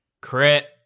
Crit